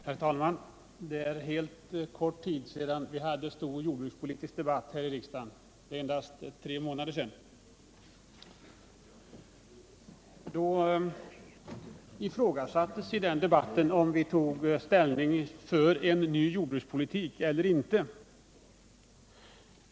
Herr talman! Det är endast tre månader sedan vi här i riksdagen hade en stor jordbrukspolitisk debatt. I denna debatt ifrågasattes om vi tog ställning för en ny jordbrukspolitik eller inte.